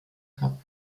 cup